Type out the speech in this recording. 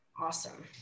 Awesome